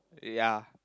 ya